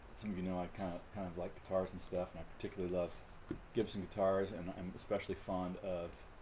some, you know, i kind of kind of like guitars and stuff and i particularly love gibson guitars and i'm especially fond of